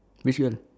which one